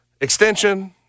extension